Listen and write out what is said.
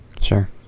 Sure